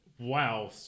Wow